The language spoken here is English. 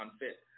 unfit